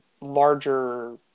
larger